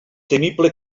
temible